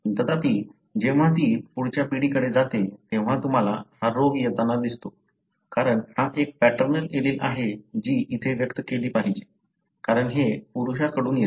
पण तथापि जेव्हा ती पुढच्या पिढीकडे जाते तेव्हा तुम्हाला हा रोग येताना दिसतो कारण हा एक पॅटर्नल एलील आहे जी इथे व्यक्त केली पाहिजे कारण हे पुरुषाकडून येते